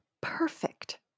perfect